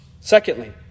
Secondly